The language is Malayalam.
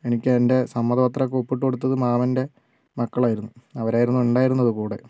എനിക്ക് എന്റെ സമ്മതപത്രം ഒക്കെ ഒപ്പിട്ടു കൊടുത്തത് മാമന്റെ മക്കളായിരുന്നു അവരായിരുന്നു ഉണ്ടായിരുന്നത് കൂടെ